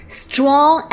strong